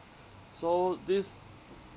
so this